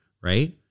right